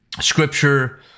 Scripture